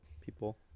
people